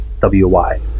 WY